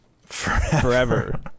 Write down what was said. forever